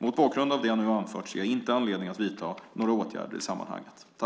Mot bakgrund av vad jag nu anfört ser jag inte anledning att vidta några åtgärder i sammanhanget.